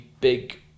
big